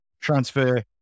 transfer